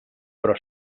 però